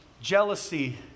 jealousy